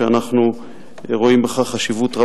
שאנחנו רואים בכך חשיבות רבה.